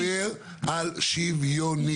אני מדבר על שוויוני,